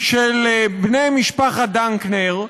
של בני משפחת דנקנר,